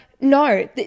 no